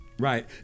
Right